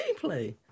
gameplay